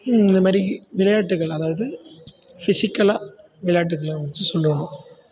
இந்த மாதிரி விளையாட்டுகள் அதாவது ஃபிசிக்கலாக விளையாட்டுகளை வந்து சொல்லுவாங்க